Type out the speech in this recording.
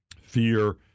fear